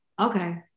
Okay